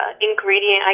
ingredient